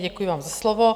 Děkuji vám za slovo.